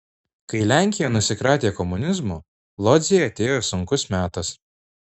kai lenkija nusikratė komunizmo lodzei atėjo sunkus metas